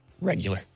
regular